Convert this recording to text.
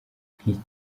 ati